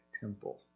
temple